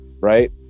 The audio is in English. right